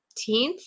15th